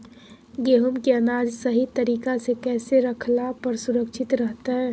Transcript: गेहूं के अनाज सही तरीका से कैसे रखला पर सुरक्षित रहतय?